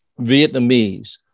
Vietnamese